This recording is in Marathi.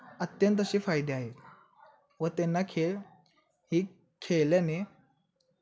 अत्यंत असे फायदे आहे व त्यांना खेळ ही खेळल्याने